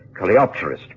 Coleopterist